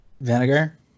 Vinegar